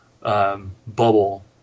bubble